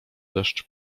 deszcz